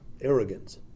arrogance